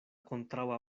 kontraŭa